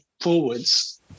forwards